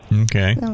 Okay